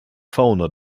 fauna